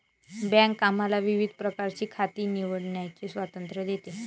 bank आम्हाला विविध प्रकारची खाती निवडण्याचे स्वातंत्र्य देते